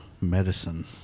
medicine